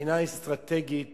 ומבחינה אסטרטגית